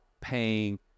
paying